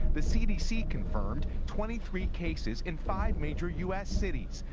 the cdc confirmed twenty three cases in five major u s. cities,